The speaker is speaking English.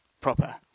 proper